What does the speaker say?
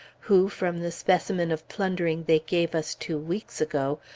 who, from the specimen of plundering they gave us two weeks ago,